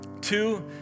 Two